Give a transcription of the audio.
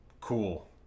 cool